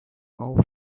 all